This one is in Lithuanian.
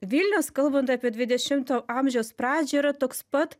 vilnius kalbant apie dvidešimto amžiaus pradžią yra toks pat